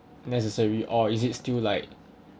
necessary or is it still like